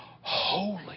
holy